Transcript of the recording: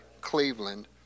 Cleveland